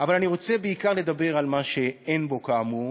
אבל אני רוצה בעיקר לדבר על מה שאין בו, כאמור,